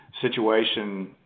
situation